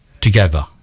together